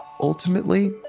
ultimately